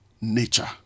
nature